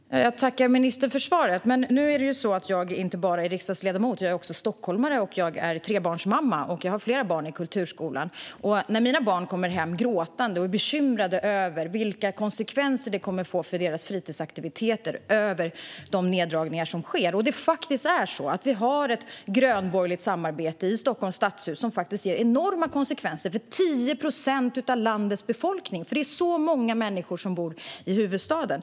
Fru talman! Jag tackar ministern för svaret. Nu är jag ju inte bara riksdagsledamot utan också stockholmare och trebarnsmamma. Jag har flera barn i kulturskolan, och mina barn kommer hem gråtande och är bekymrade över vilka konsekvenser det kommer att bli för deras fritidsaktiviteter och över de neddragningar som sker. Vi har ett grönborgerligt samarbete i Stockholms stadshus som ger enorma konsekvenser för 10 procent av landets befolkning, för så många människor bor i huvudstaden.